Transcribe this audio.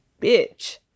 bitch